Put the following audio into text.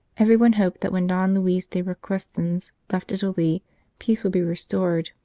everyone hoped that when don luis de requesens left italy peace would be restored,